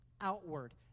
outward